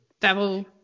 Devil